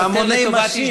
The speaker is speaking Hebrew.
פעמוני משיח,